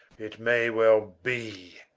it may well be,